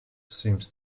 seems